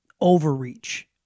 overreach